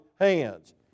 hands